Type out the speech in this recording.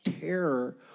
terror